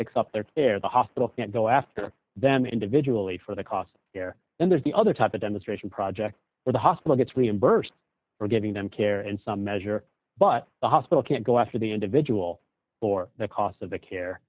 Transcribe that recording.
except they're there the hospital can't go after them individually for the cost there then there's the other type of demonstration project where the hospital gets reimbursed for giving them care and some measure but the hospital can't go after the individual for the cost of